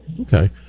Okay